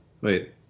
Wait